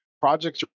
projects